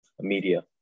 media